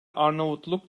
arnavutluk